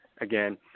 again